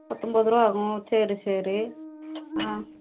பத்தொம்பது ருபா ஆகும் சரி சரி ஆ